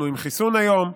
אנחנו עם חיסון היום,